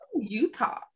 Utah